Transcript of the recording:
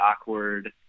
awkward